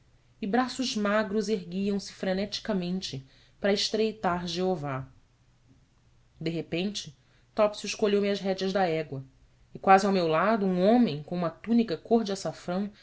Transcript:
e braços magros erguiam-se freneticamente para estreitar jeová de repente topsius colheu me as rédeas da égua e quase ao meu lado um homem com uma túnica cor de açafrão